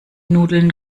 nudeln